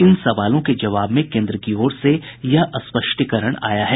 इन सवालों के जवाब में केन्द्र की ओर से यह स्पष्टीकरण आया है